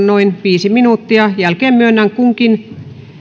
noin viiden minuutin mittaisen puheenvuoron jälkeen